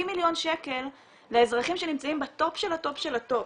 מיליון שקל לאזרחים שנמצאים בטופ של הטופ של הטופ,